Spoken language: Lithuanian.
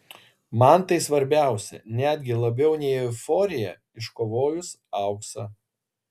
man tai svarbiausia netgi labiau nei euforija iškovojus auksą